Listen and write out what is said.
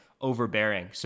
overbearing